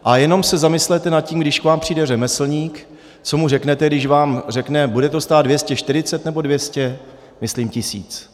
A jenom se zamyslete nad tím, když k vám přijde řemeslník, co mu řeknete, když vám řekne bude to stát 240 nebo 200, myslím tisíc.